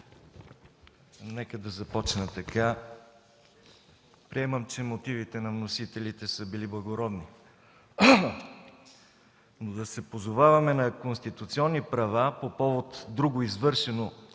нека започна така: приемам, че мотивите на вносителите са били благородни, но да се позоваваме на конституционни права по повод друго извършено